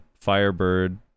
firebird